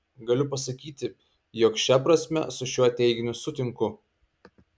galiu pasakyti jog šia prasme su šiuo teiginiu sutinku